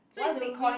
one Bitcoin